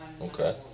Okay